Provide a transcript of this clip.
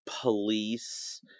police